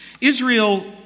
Israel